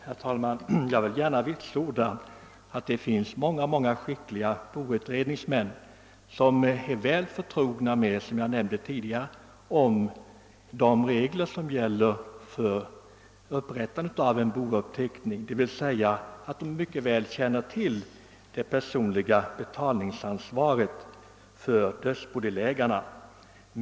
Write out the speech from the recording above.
Herr talman! Jag vill gärna vitsorda att det finns många skickliga boutredningsmän vilka, som jag nämnde tidigare, är väl förtrogna med lagbestämmelser som gäller för upprättande av bouppteckning, d.v.s. de känner mycket väl till det personliga betalningsansvaret för dödsbodelägarna.